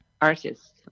artists